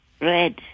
Red